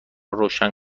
روشن